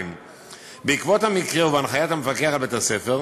בעקבות המקרה ובהנחיית המפקח על בית-הספר,